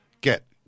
get